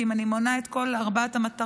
כי אם אני מונה את כל ארבע המטרות,